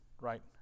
right